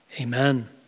Amen